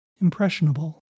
impressionable